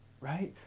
right